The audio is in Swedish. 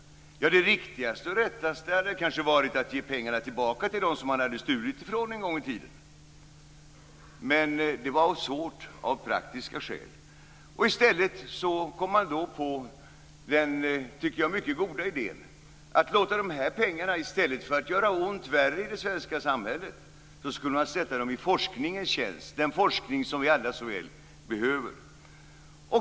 Ja, det riktigaste kanske hade varit att ge pengarna tillbaka till dem man hade stulit ifrån en gång i tiden. Men det var svårt av praktiska skäl. I stället kom man på den som jag tycker mycket goda idén att i stället för att göra ont värre i det svenska samhället sätta de här pengarna i forskningens tjänst. De skulle gå till den forskning som vi alla så väl behöver.